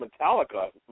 Metallica